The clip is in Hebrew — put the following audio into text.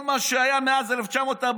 כל מה שהיה מאז 1948,